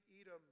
Edom